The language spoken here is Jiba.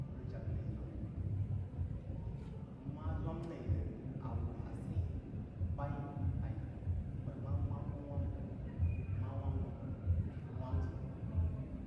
Kuh rig jag nai zwamai nmah zwan nai rig a wuh asein bəi a yi nəm npər a mah uahm buh wammai nmah wahn non-nou nwan ziu